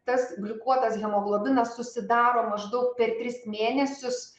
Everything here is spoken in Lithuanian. tas glikuotas hemoglobinas susidaro maždaug per tris mėnesius